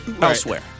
elsewhere